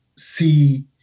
see